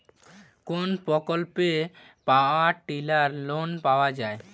কোন প্রকল্পে power tiller লোনে পাওয়া য়ায়?